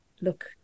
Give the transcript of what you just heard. look